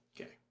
Okay